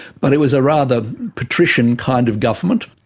but it was a rather patrician kind of government,